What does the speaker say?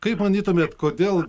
kaip manytumėt kodėl